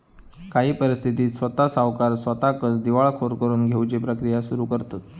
काही परिस्थितीत स्वता सावकार स्वताकच दिवाळखोर करून घेउची प्रक्रिया सुरू करतंत